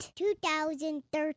2013